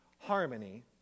harmony